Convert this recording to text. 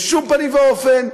בשום פנים ואופן.